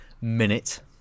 minute